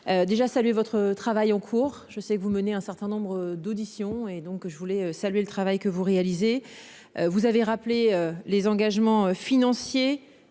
Déjà ça, votre travail en cours. Je sais que vous menez un certain nombre d'auditions et donc je voulais saluer le travail que vous réalisez. Vous avez rappelé les engagements financiers.